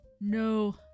No